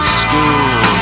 school